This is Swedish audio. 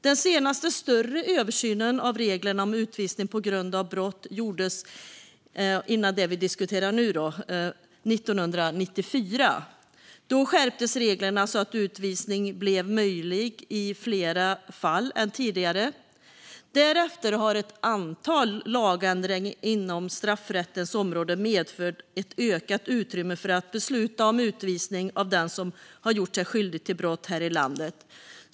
Den senaste större översynen av reglerna om utvisning på grund av brott, alltså översynen före den som vi diskuterar nu, gjordes 1994. Då skärptes reglerna så att utvisning blev möjligt i fler fall än tidigare. Därefter har ett antal lagändringar inom straffrättens område medfört ett ökat utrymme för att besluta om utvisning av den som har gjort sig skyldig till brott här i landet.